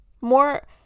more